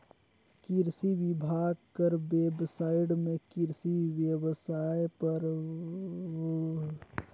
किरसी बिभाग कर बेबसाइट में किरसी बेवसाय बर लाइसेंस आवेदन फारम दिखही जेम्हां जउन जाएत कर जानकारी मांगथे तेला भरे ले होथे